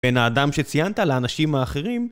בן האדם שציינת, לאנשים האחרים